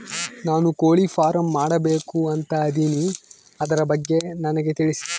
ನಾನು ಕೋಳಿ ಫಾರಂ ಮಾಡಬೇಕು ಅಂತ ಇದಿನಿ ಅದರ ಬಗ್ಗೆ ನನಗೆ ತಿಳಿಸಿ?